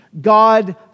God